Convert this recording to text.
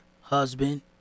husband